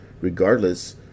regardless